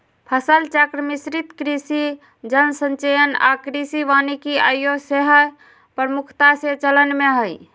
फसल चक्र, मिश्रित कृषि, जल संचयन आऽ कृषि वानिकी आइयो सेहय प्रमुखता से चलन में हइ